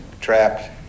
trapped